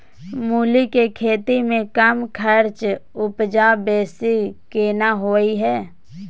मूली के खेती में कम खर्च में उपजा बेसी केना होय है?